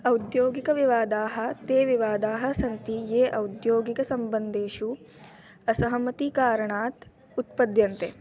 औद्योगिकविवादाः ते विवादाः सन्ति ये औद्योगिकसम्बन्धेषु असहमतिकारणात् उत्पद्यन्ते